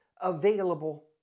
available